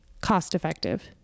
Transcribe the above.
cost-effective